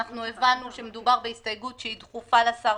אנחנו הבנו שמדובר בהסתייגות שהיא דחופה לשר,